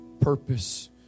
purpose